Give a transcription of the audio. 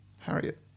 Harriet